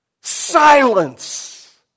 Silence